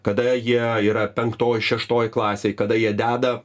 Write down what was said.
kada jie yra penktoj šeštoj klasėj kada jie deda